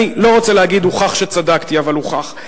אני לא רוצה להגיד "הוכח שצדקתי", אבל הוכח.